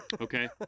Okay